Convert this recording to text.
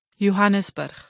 Johannesburg